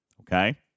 Okay